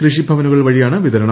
കൃഷിഭവനുകൾ വഴിയാണ് വിതരണം